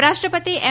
ઉપરાષ્ટ્રપતિ એમ